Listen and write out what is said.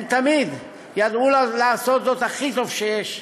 הם תמיד ידעו לעשות זאת הכי טוב שיש,